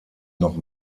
noch